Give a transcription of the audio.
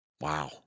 Wow